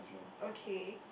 okay